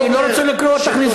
אני לא רוצה לקרוא אותך לסדר.